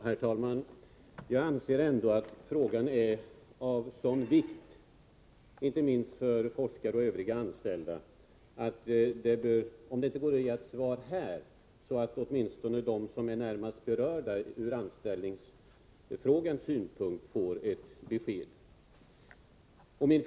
Herr talman! Jag anser ändå att frågan är av sådan vikt — inte minst för forskare och övriga anställda — att åtminstonde de som är närmast berörda ur anställningssynpunkt borde få ett besked, om det nu inte går att ge ett svar här.